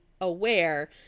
aware